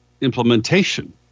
Implementation